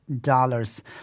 dollars